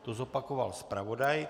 To zopakoval zpravodaj.